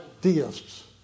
deists